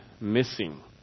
missing